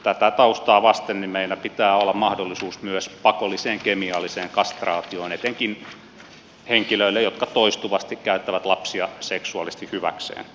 tätä taustaa vasten meillä pitää olla mahdollisuus myös pakolliseen kemialliseen kastraatioon etenkin henkilöille jotka toistuvasti käyttävät lapsia seksuaalisesti hyväkseen